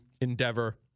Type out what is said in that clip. endeavor